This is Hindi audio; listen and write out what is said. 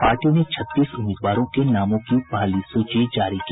पार्टी ने छत्तीस उम्मीदवारों के नामों की पहली सूची जारी की